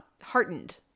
heartened